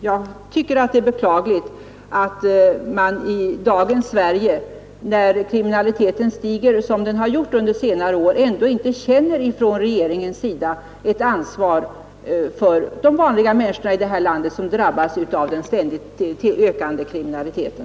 Jag tycker att det är beklagligt att regeringen i dagens Sverige när kriminaliteten stiger såsom har skett under senare år ändå inte känner ett ansvar för de vanliga människorna här i landet som drabbas av den ständigt ökande kriminaliteten.